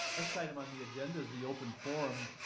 next item on the agenda is the open forum